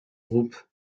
groupe